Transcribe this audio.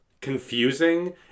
confusing